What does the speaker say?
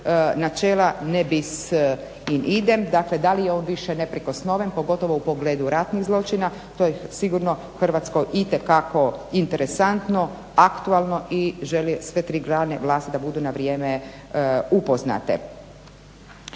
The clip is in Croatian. načela non bis in idem, dakle da li je on više neprikosnoven pogotovo u pogledu ratnih zločina, to je sigurno Hrvatskoj itekako interesantno, aktualno i želi sve tri grane vlasti da budu na vrijeme upoznate.